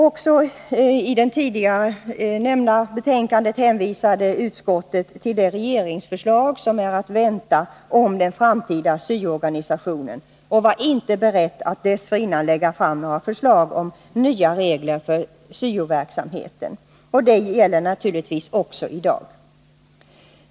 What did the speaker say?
Också i det tidigare nämnda betänkandet hänvisade utskottet till det regeringsförslag som är att vänta om den framtida syo-organisationen och var inte berett att dessförinnan lägga fram förslag om nya regler för syoverksamheten. Det gäller naturligtvis också i dag.